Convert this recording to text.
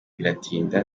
biratinda